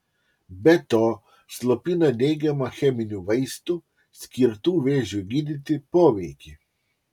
be to slopina neigiamą cheminių vaistų skirtų vėžiui gydyti poveikį